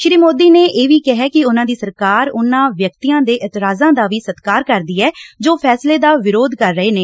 ਸ਼ੀ ਮੌਦੀ ਨੇ ਇਹ ਵੀ ਕਿਹੈ ਕਿ ਉਨਾਂ ਦੀ ਸਰਕਾਰ ਉਨਾਂ ਵਿਅਕਤੀਆਂ ਦੇ ਇਤਰਾਜਾਂ ਦਾ ਵੀ ਸਤਿਕਾਰ ਕਰਦੀ ਐ ਜੋ ਫੈਸਲੇ ਦਾ ਵਿਰੋਧ ਕਰ ਰਹੇ ਨੇ